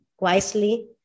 wisely